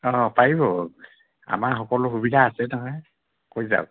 অঁ পাৰিব আমাৰ সকলো সুবিধা আছে নহয় কৈ যাওক